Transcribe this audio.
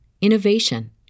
innovation